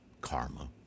karma